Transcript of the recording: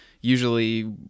usually